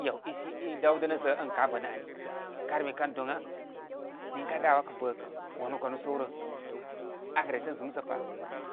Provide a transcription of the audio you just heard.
I āw i si, i dawdə'nə' sə ən ka bə nə' ani karmi kan doŋ.